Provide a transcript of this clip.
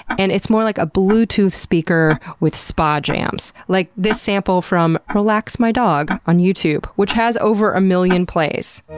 and it's more like a bluetooth speaker with spa jams. like this sample from relax my dog on youtube, which has over a million plays.